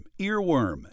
earworm